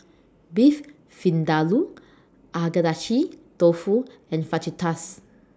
Beef Vindaloo Agedashi Dofu and Fajitas